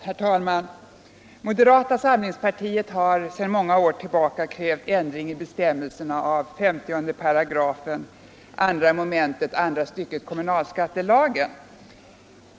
Herr talman! Moderata samlingspartiet har i många år krävt ändring av bestämmelserna i 50 § 2 mom., andra stycket kommunalskattelagen.